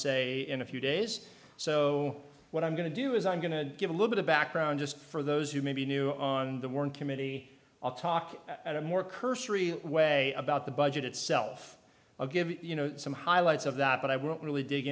say in a few days so what i'm going to do is i'm going to give a little bit of background just for those who may be new on the warren committee i'll talk at a more cursory way about the budget itself i'll give you you know some highlights of that but i won't really dig